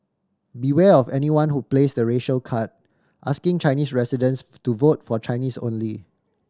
beware of anyone who plays the racial card asking Chinese residents to vote for Chinese only